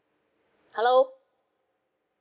hello